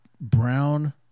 brown